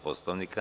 Poslovnika?